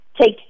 take